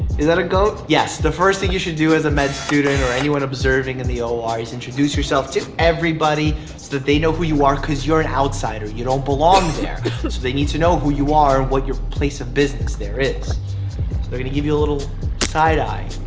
is that a goat? yes, the first thing you should do as a med student or anyone observing in the or is introduce yourself to everybody so that they know who you are, cause you're an outsider, you don't belong there, so they need to know who you are and what your place of business there is. so they're gonna give you a little side-eye.